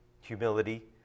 humility